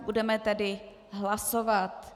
Budeme tedy hlasovat.